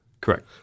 Correct